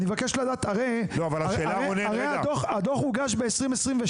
הרי הדוח הוגש ב-2022,